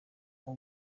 nko